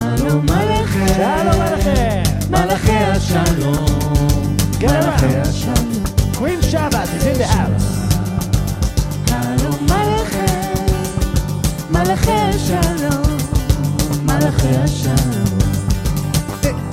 הלו מלכי, מלכי השלום